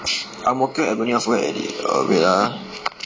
ang mo kio avenue I forget already wait ah